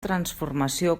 transformació